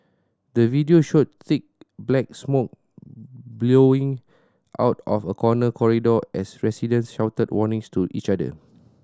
the video showed thick black smoke billowing out of a corner corridor as residents shouted warnings to each other